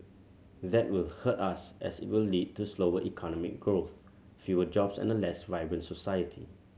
that will hurt us as it will lead to slower economic growth fewer jobs and a less vibrant society